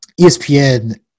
ESPN